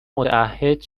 متعهد